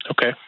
Okay